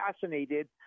fascinated